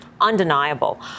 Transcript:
undeniable